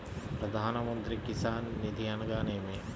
ప్రధాన మంత్రి కిసాన్ నిధి అనగా నేమి?